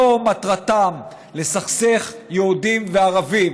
זו מטרתם, לסכסך בין יהודים לערבים,